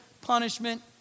punishment